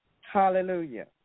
Hallelujah